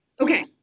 Okay